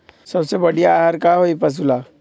सबसे बढ़िया आहार का होई पशु ला?